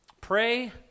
Pray